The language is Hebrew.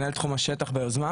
אני מנהל תחום השטח ביוזמה.